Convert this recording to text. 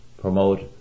promote